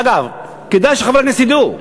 אגב, כדאי שחברי הכנסת ידעו: